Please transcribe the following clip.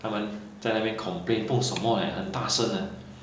他们在那边 complain 不懂什么 leh 很大声 eh